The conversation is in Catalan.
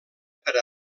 per